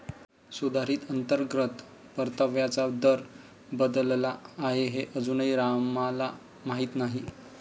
सुधारित अंतर्गत परताव्याचा दर बदलला आहे हे अजूनही रामला माहीत नाही